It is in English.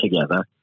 together